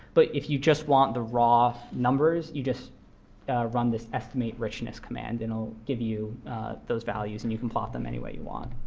but if you just want the raw numbers, you just run this estimate richness command. it and will give you those values, and you can plot them any way you want.